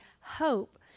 hope